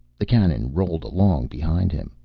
the cannon rolled along behind him,